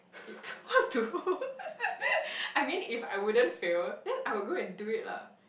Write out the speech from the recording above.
if what do I mean if I wouldn't fail then I will go and do it lah